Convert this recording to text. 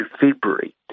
February